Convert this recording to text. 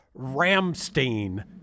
Ramstein